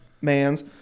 man's